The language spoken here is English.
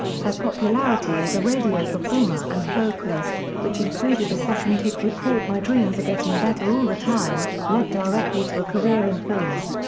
her popularity as a radio performer and vocalist, which included a second hit record my dreams are getting better all the time, led directly to a career in films.